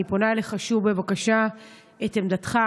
אני פונה אליך שוב בבקשה לשמוע את עמדתך.